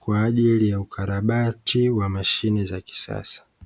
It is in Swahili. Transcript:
kwa ajili ya ukarabati wa mashine za kisasa.